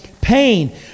pain